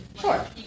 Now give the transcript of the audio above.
Sure